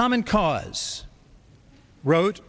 common cause wrote